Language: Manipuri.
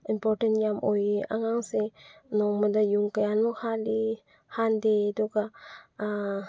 ꯏꯝꯄꯣꯔꯇꯦꯟ ꯌꯥꯝ ꯑꯣꯏꯌꯦ ꯑꯉꯥꯡꯁꯦ ꯅꯣꯡꯃꯗ ꯌꯨꯡ ꯀꯌꯥꯃꯨꯛ ꯍꯥꯜꯂꯤ ꯍꯥꯟꯗꯦ ꯑꯗꯨꯒ